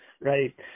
Right